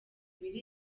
biri